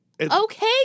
Okay